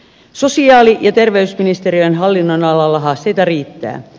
sosiaali ja terveysministeriön hallinnonalalla haasteita riittää